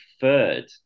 third